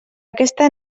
aquesta